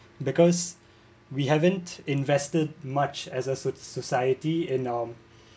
because we haven't invested much as a society and um